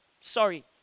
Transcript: sorry